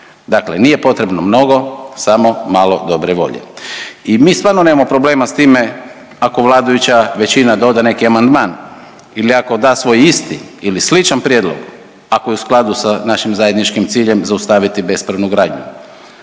Dakle, nije potrebno mnogo samo malo dobre volje. I mi stvarno nemamo problema sa time ako vladajuća većina doda neki amandman ili ako da svoj isti ili sličan prijedlog ako je u skladu sa našim zajedničkim ciljem zaustaviti bespravnu gradnju.